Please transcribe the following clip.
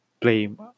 blame